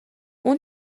اون